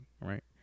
Right